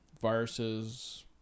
viruses